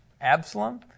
Absalom